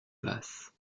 basses